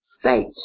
fate